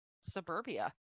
suburbia